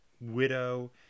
widow